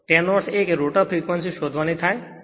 તેનો અર્થ એ કે રોટર ફ્રીક્વન્સી શોધવાની થાય છે